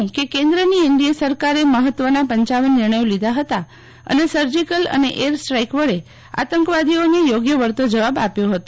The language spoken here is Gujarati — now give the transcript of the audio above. શ્રી શાહે કહયું કે કેન્દ્રની એનડીએ સરકારે મહત્વના પંચાવન નિર્જ્યો લીધા હતા અને સર્જીકલ અને એર સ્ટ્રાઈક વડે આતંકવાદીઓને યોગ્ય વળતો જવાબ આપ્યો હતો